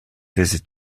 visit